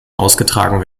ausgetragen